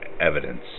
evidence